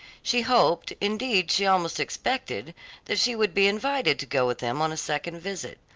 she hoped, indeed she almost expected that she would be invited to go with them on a second visit.